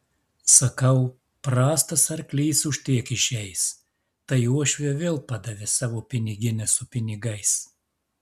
sakau prastas arklys už tiek išeis tai uošvė vėl padavė savo piniginę su pinigais